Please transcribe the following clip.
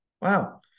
Wow